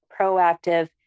proactive